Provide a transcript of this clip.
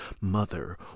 Mother